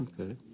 Okay